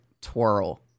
twirl